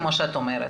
כמו שאת אומרת,